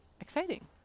exciting